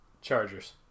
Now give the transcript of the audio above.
Chargers